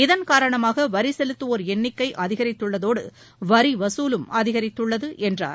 இதன் காரணமாக வரி செலுத்துவோா் எண்ணிக்கை அதிகித்துள்ளதோடு வரி வசூலும் அதிகித்துள்ளது என்றார்